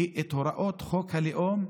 כי את הוראות חוק, הלאום,